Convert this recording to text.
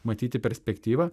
matyti perspektyvą